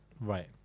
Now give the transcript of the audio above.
Right